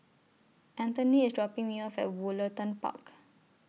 Anthoney IS dropping Me off At Woollerton Park